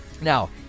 Now